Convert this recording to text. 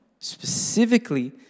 specifically